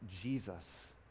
Jesus